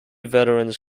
veterans